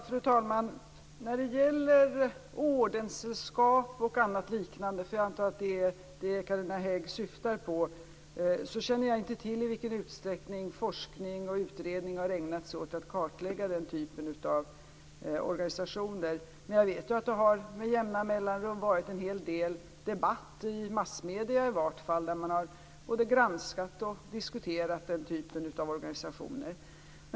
Fru talman! När det gäller ordenssällskap och liknande, jag antar att det är det Carina Hägg syftar på, känner jag inte till i vilken utsträckning forskning och utredningar har ägnat sig åt att kartlägga den typen av organisationer. Men jag vet att det i vart fall med jämna mellanrum har varit en hel del debatt i massmedier. Då har man både granskat och diskuterat denna typ av organisationer.